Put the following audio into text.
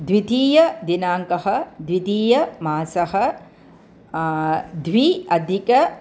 द्वितीयदिनाङ्कः द्वितीयमासः द्व्यधिकम्